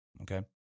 okay